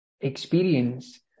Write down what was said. experience